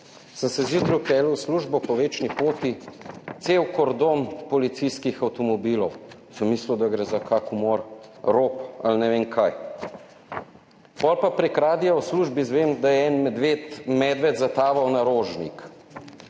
Sem se zjutraj peljal v službo po Večni poti, cel kordon policijskih avtomobilov, sem mislil, da gre za kak umor, rop ali ne vem kaj, pol pa prek radia v službi vem, da je en medved zataval na Rožnik.